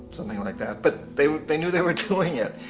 something like that, but they they knew they were doing it.